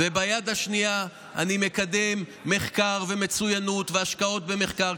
וביד השנייה אני מקדם מחקר ומצוינות והשקעות במחקר,